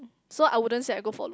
so I wouldn't say I go for looks